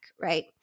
right